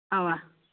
اَوا